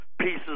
pieces